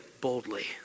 boldly